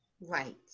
right